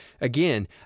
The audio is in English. again